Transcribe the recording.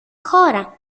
χώρα